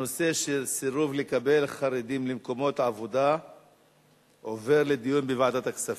הנושא סירוב לקבל חרדים למקומות עבודה עובר לדיון בוועדת הכספים.